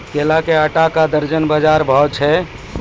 केला के आटा का दर्जन बाजार भाव छ?